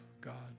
God